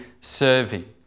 serving